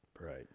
right